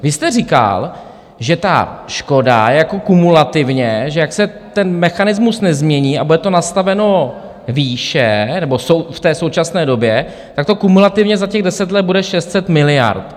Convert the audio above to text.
Vy jste říkal, že ta škoda kumulativně, že jak se ten mechanismus nezmění a bude to nastaveno výše nebo v té současné době, tak to kumulativně za deset let bude 600 miliard.